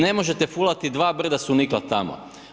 Ne možete fulati, dva brda su nikla tamo.